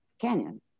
canyon